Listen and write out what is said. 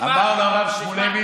אמר לו הרב שמואלביץ,